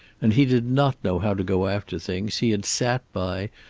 and he did not know how to go after things. he had sat by,